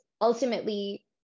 ultimately